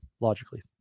logically